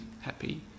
happy